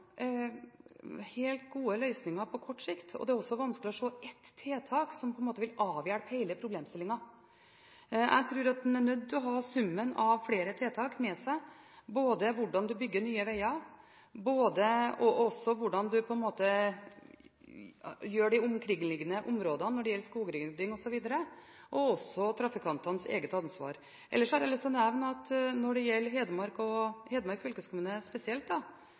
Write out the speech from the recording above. helt gode løsninger på kort sikt, og det er også vanskelig å se ett tiltak som vil avhjelpe hele problemstillingen. Jeg tror at en er nødt til å ha summen av flere tiltak med seg: både hvordan en bygger nye veger, og hva en gjør med de omkringliggende områdene når det gjelder skogrydding osv. – og også trafikantenes eget ansvar. Ellers har jeg lyst til å nevne at når det gjelder Hedmark og Hedmark fylkeskommune spesielt, er